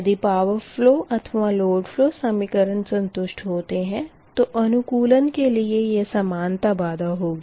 यदि power flow अथवा load flow समीकरण संतुष्ट होते है तो अनूकूलन के लिए यह समानता बाधा होगी